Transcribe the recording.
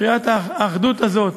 קריאת האחדות הזאת,